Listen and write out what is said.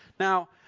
Now